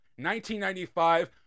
1995